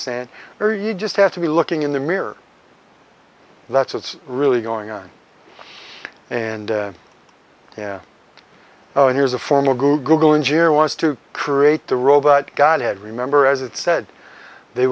sand or you just have to be looking in the mirror that's what's really going on and oh here's a formal google engineer wants to create the robot godhead remember as it said they